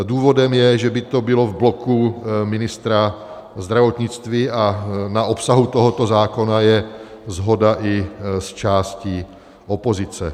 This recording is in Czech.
Důvodem je, že by to bylo v bloku ministra zdravotnictví, a na obsahu tohoto zákona je shoda i s částí opozice.